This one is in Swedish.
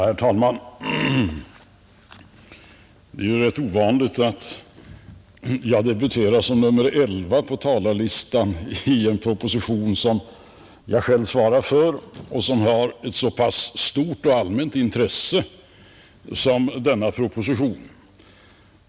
Herr talman! Det är rätt ovanligt att jag debuterar som nummer 11 på talarlistan vid behandlingen av en proposition som jag själv svarar för och som har ett så stort och allmänt intresse som vad fallet nu är.